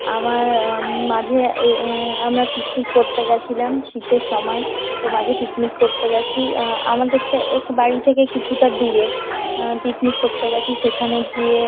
আমার মাঝে আমরা পিকনিক করতে গেছিলাম শীতের সময় তো মাঝে পিকনিক করতে গেছি আমাদের তো এখ বাড়ি থেকে কিছুটা দূরে পিকনিক করতে গেছি সেখানে গিয়ে